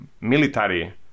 military